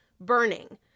burning